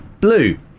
blue